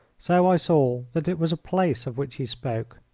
so i saw that it was a place of which he spoke.